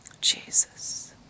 Jesus